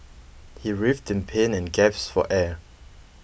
he writhed in pain and gasped for air